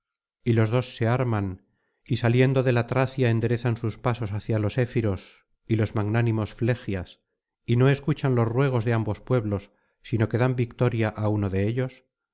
y los dos se arman y saliendo de la tracia enderezan sus pasos hacia los echelos y los magnánimos flegias y no escuchan los ruegos de ambos pueblos sino que dan la victoria á uno de ellos